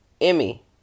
Emmy